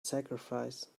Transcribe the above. sacrifice